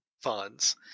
funds